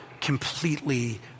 completely